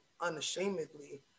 unashamedly